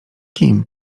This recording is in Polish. kim